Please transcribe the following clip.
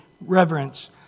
reverence